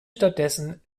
stattdessen